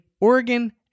Oregon